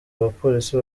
abapolisi